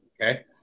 okay